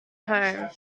home